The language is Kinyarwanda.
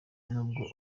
nubwo